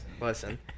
Listen